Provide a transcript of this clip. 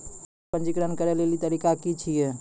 App पर पंजीकरण करै लेली तरीका की छियै?